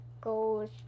goes